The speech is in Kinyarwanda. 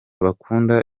bakunda